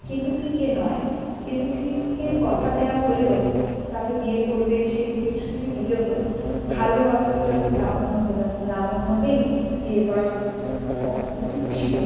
কেতকিকে নয় কেতকিকে কথা দেওয়া হলেও তাকে বিয়ে করবে সেই প্রতিশ্রুতি দিলেও ভালোবাসতো যখন লাবণ্যকে তখন লাবণ্যকেই বিয়ে করা উচিত উচিত ছিল